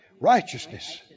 Righteousness